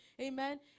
Amen